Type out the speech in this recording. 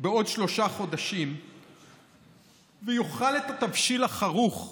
בעוד שלושה חודשים ויאכל את התבשיל החרוך,